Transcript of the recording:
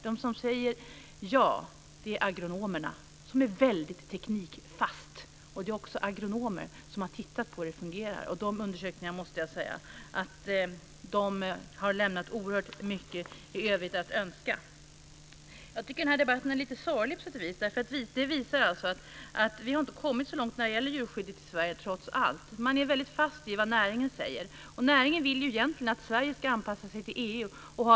De som säger ja är agronomerna, och de är väldigt teknikinriktade. Det är också agronomer som har tittat på hur dessa burar fungerar, och jag måste säga att dessa undersökningar har lämnat mycket övrigt att önska. Jag tycker att den här debatten är lite sorglig på sätt och vis. Den visar att vi har inte kommit så långt i Sverige när det gäller djurskyddet trots allt. Man är väldigt fastlåst vid vad näringen säger, och näringen vill att Sverige ska anpassa sig till EU.